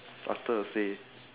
after a phase